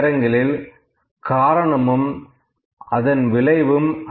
சில நேரங்களில் காரணமும் அதன் விளைவும